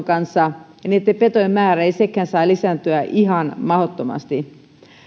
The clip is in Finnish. kanssa eikä niitten petojen määräkään saa lisääntyä ihan mahdottomasti